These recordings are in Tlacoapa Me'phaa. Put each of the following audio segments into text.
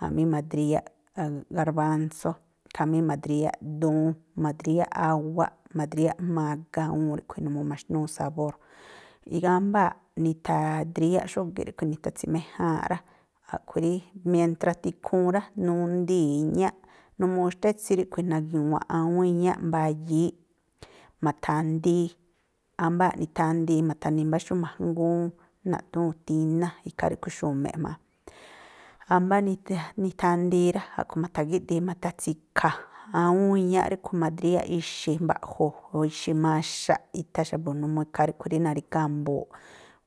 Jamí ma̱dríyáꞌ garbánsó, khamí ma̱dríyáꞌ duun, ma̱dríyáꞌ áwáꞌ, ma̱dríyáꞌ mágá awúún ríꞌkhui̱, numuu maxnúú sabór. Nigámbáa̱ nithadríyáꞌ xógíꞌ ríꞌkhui̱, nithatsi̱méjáánꞌ rá, a̱ꞌkhui̱ rí mientra tikhuun rá, nundii̱ iñáꞌ, numuu xtá etsi ríꞌkhui, nagi̱wa̱nꞌ awúún iñáꞌ mbayííꞌ, ma̱tha̱ndii, ámbáa̱ꞌ nithandii ma̱tha̱ni̱ mbá xú ma̱jngúún rí naꞌthúu̱n tíná, ikhaa ríꞌkhui̱ ixu̱me̱ꞌ jma̱a. Ámbá nithandii rá, a̱ꞌkhui̱ ma̱tha̱gíꞌdi̱i ma̱tha̱tsi̱kha̱ awúún iñáꞌ ríꞌkhui̱, ma̱dríyáꞌ ixi̱ mba̱ꞌju̱ o̱ ixi̱ maxaꞌ itha xa̱bu̱ numuu ikhaa ríꞌkhui̱ rí narígá a̱mbu̱u̱ꞌ.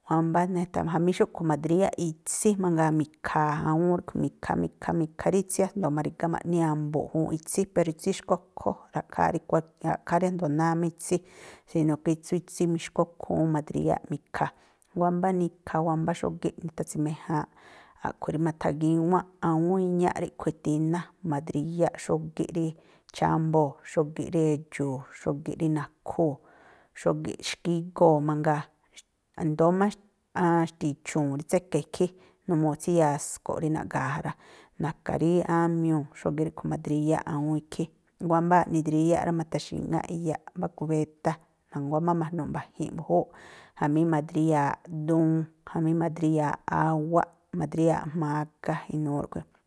wámbá jamí xúꞌkhui̱ ma̱dríyáꞌ itsí mangaa mi̱khaa awúún ríꞌkhi̱, mi̱kha, mi̱kha, mi̱kha rí itsí a̱jndo̱o ma̱ri̱gá ma̱ꞌni a̱mbu̱ juunꞌ itsí, pero itsí xkókhó, ra̱ꞌkháá rí ra̱ꞌkhááꞌ rí a̱njdo̱o náá má itsí, sino ke tsú itsí mixkókhúún ma̱dríyáꞌ mi̱kha. Wámbá nikha, wámbá xógíꞌ nithatsi̱méjáánꞌ, a̱ꞌkhui̱ rí ma̱tha̱gíwánꞌ awúún iñáꞌ ríꞌkhui̱ tíná ma̱dríyáꞌ xógíꞌ rí chámbóo̱, xógíꞌ rí edxu̱u̱, xógíꞌ rí nakhúu̱, xógíꞌ xkígóo̱ mangaa, i̱ndóó má xti̱chu̱u̱n rí tséka̱ ikhí, numuu tsíyasko̱ꞌ rí naꞌga̱a̱ ja rá, na̱ka̱ rí ámiuu̱, xógíꞌ ríꞌkhui̱ ma̱dríyáꞌ awúún ikhí. Wámbáa̱ꞌ nidríyáꞌ rá, ma̱tha̱xi̱ŋáꞌ iyaꞌ mbá kubétá, na̱ŋguá má ma̱jnu̱ꞌ mba̱ji̱nꞌ mbújúúꞌ, jamí ma̱dríya̱a duun, jamí ma̱dríya̱aꞌ áwáꞌ, ma̱dríya̱aꞌ mágá, inuu rúꞌkhui̱.